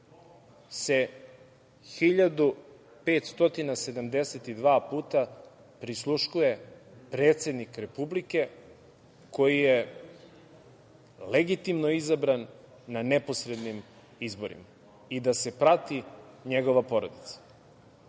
1.572 puta prisluškuje predsednik Republike, koji je legitimno izabran na neposrednim izborima i da se prati njegova porodica,